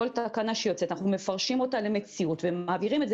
כל תקנה שיוצאת אנחנו מפרשים אותה למציאות ומעבירים את זה